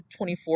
24